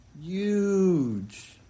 Huge